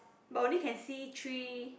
but only can see three